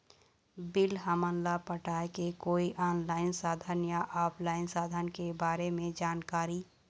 Bill हमन ला पटाए के कोई ऑनलाइन साधन या ऑफलाइन साधन के बारे मे जानकारी?